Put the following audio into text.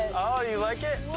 you like it?